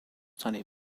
study